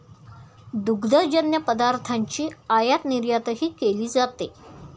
दुग्धजन्य पदार्थांची आयातनिर्यातही केली जाते